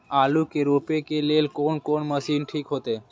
आलू के रोपे के लेल कोन कोन मशीन ठीक होते?